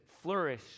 Flourish